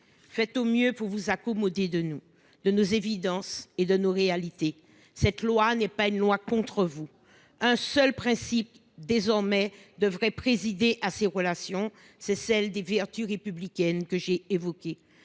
fait au mieux pour vous accommoder de nous de nos évidences et de nos réalités, cette loi n'est pas une loi contre vous un seul principe désormais devrait présider à ses relations c'est celle des vertus républicaines que j'ai évoquées